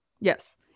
Yes